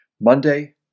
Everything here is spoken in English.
Monday